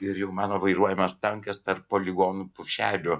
ir jau mano vairuojamas tankas tarp poligonų pušelių